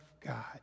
God